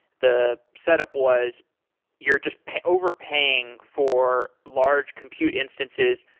the setup was you're just overpaying for large compute instances.